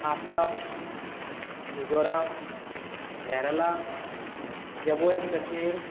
Assam Mizoram Kerala Jammu and Kashmir